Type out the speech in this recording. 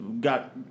got